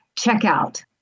checkout